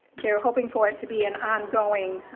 they're hoping for it to be an ongoing